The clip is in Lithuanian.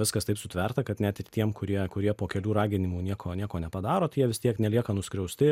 viskas taip sutverta kad net ir tiem kurie kurie po kelių raginimų nieko nieko nepadaro tai jie vis tiek nelieka nuskriausti